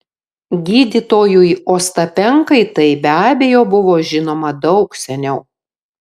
gydytojui ostapenkai tai be abejo buvo žinoma daug seniau